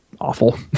awful